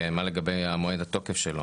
שלוש בדיקות?